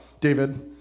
David